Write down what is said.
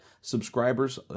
subscribers